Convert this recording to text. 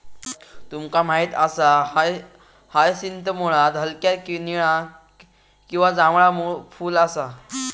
तुमका माहित असा हायसिंथ मुळात हलक्या निळा किंवा जांभळा फुल असा